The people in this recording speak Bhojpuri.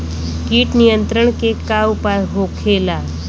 कीट नियंत्रण के का उपाय होखेला?